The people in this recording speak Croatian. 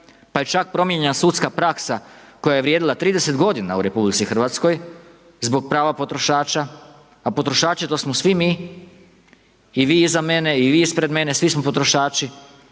pa je čak promijenjena sudska praksa koja je vrijedila 30 godina u RH zbog prava potrošača, a potrošači to smo svi mi, i vi iza mene i vi ispred mene, svi smo potrošači